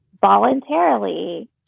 voluntarily